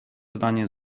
zdanie